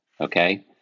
okay